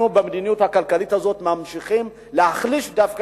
אנחנו במדיניות הכלכלית הזאת ממשיכים להחליש דווקא